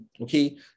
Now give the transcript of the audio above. okay